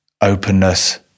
openness